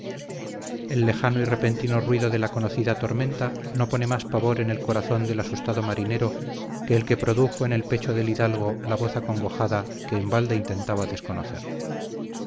el lejano y repentino ruido de la conocida tormenta no pone más pavor en el corazón del asustado marinero que el que produjo en el pecho del hidalgo la voz acongojada que en balde intentaba desconocer